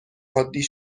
عادی